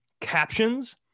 captions